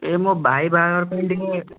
ଏ ମୋ ଭାଇ ବାହାଘର ପାଇଁ ଟିକେ